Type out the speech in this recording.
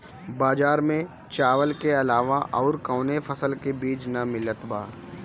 बजार में चावल के अलावा अउर कौनो फसल के बीज ना मिलत बा